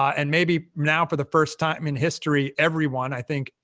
and maybe now, for the first time in history, everyone i think,